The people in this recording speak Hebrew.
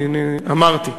אמרתי.